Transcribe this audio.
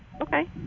Okay